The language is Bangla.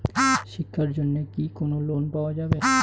শিক্ষার জন্যে কি কোনো লোন পাওয়া যাবে?